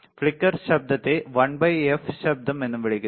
flicker ശബ്ദത്തെ 1 f ശബ്ദം എന്നും വിളിക്കുന്നു